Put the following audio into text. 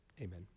amen